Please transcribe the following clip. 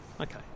Okay